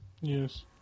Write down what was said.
yes